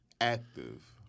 active